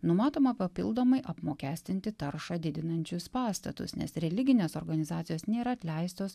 numatoma papildomai apmokestinti taršą didinančius pastatus nes religinės organizacijos nėra atleistos